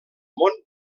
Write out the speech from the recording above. món